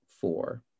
four